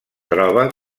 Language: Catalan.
troba